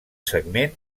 segment